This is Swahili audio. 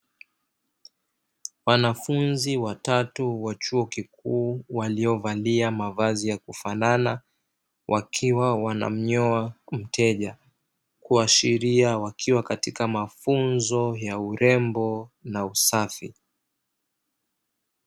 Wanafunzi watatu wa chuo kikuu waliovalia mavazi ya kufanana, wakiwa wanamnyoa mteja kuashiria kuwa wakiwa katika mafunzo yao urembo na usafi.